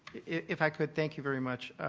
if i could, thank you very much.